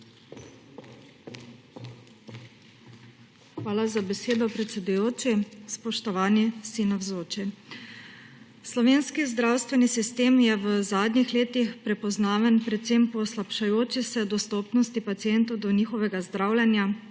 Hvala za besedo, predsedujoči. Spoštovani vsi navzoči! Slovenski zdravstveni sistem je v zadnjih letih prepoznaven predvsem po slabšajoči se dostopnosti pacientov do njihovega zdravljenja,